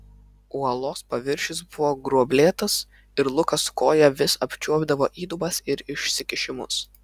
uolos paviršius buvo gruoblėtas ir lukas koja vis apčiuopdavo įdubas ir išsikišimus